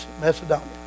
Macedonia